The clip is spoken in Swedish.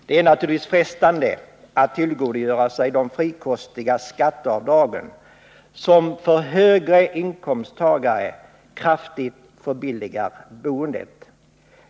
Det är naturligtvis frestande att tillgodogöra sig de frikostiga skatteavdragen, som för högre inkomsttagare kraftigt förbilligar boendet.